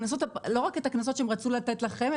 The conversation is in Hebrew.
לא רק את הקנסות שהם רצו לתת לכם,